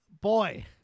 boy